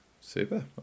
Super